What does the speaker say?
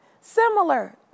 Similar